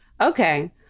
Okay